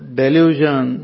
delusion